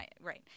Right